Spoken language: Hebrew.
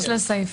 יש לזה סעיף.